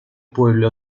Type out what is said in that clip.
pueblo